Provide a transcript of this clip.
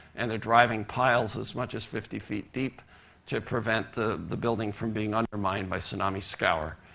and they're driving piles as much as fifty feet deep to prevent the the building from being undermined by tsunami scour.